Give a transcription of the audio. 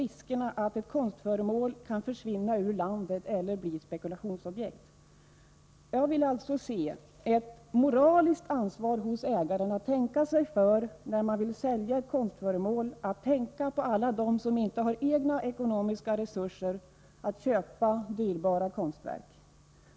Risken finns ju att ett konstföremål försvinner från landet eller blir ett spekulationsobjekt. Jag efterlyser alltså ett moraliskt ansvar hos ägarna. De måste tänka sig för när de vill sälja ett konstföremål. Det gäller att tänka på alla dem som själva inte har ekonomiska resurser att köpa dyrbara konstverk.